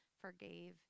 forgave